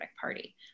party